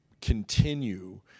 continue